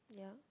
yeah